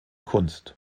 kunst